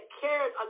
cared